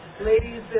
Ladies